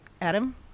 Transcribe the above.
Adam